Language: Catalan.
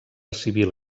civil